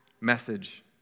message